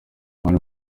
mani